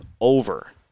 over